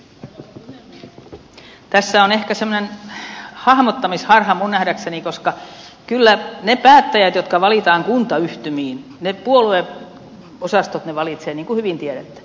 tässä on ehkä hahmottamisharha minun nähdäkseni koska kyllä ne päättäjät jotka valitaan kuntayhtymiin puolueosastot valitsevat niin kuin hyvin tiedätte